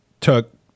took